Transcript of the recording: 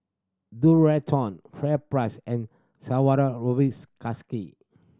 Dualtron FairPrice and